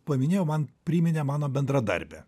paminėjau man priminė mano bendradarbė